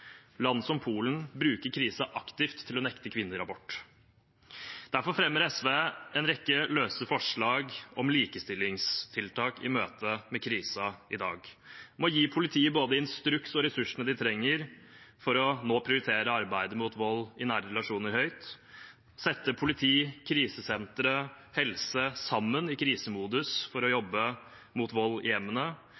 Land som Polen bruker krisen aktivt til å nekte kvinner abort. Derfor fremmer SV en rekke løse forslag om likestillingstiltak i møte med krisen i dag: om å gi politiet både instruks og ressursene de trenger for nå å prioritere arbeidet mot vold i nære relasjoner høyt, sette politi, krisesentre og helse sammen i krisemodus for å